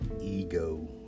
ego